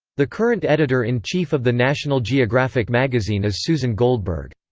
the current editor-in-chief of the national geographic magazine is susan goldberg.